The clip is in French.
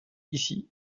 ici